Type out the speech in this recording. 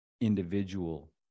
individual